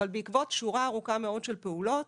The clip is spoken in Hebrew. אבל בעקבות שורה ארוכה מאוד של פעולות,